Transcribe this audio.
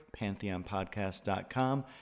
pantheonpodcast.com